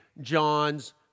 John's